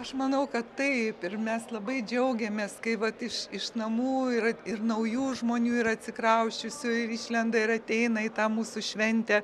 aš manau kad taip ir mes labai džiaugiamės kai vat iš iš namų yra ir naujų žmonių yra atsikrausčiusių ir išlenda ir ateina į tą mūsų šventę